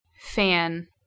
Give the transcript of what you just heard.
fan